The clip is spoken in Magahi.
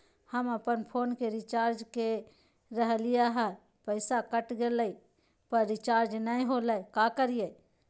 हम अपन फोन के रिचार्ज के रहलिय हल, पैसा कट गेलई, पर रिचार्ज नई होलई, का करियई?